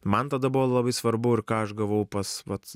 man tada buvo labai svarbu ir ką aš gavau pas vat